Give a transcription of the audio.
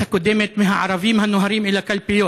הקודמת מהערבים הנוהרים אל הקלפיות.